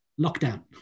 Lockdown